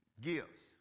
gifts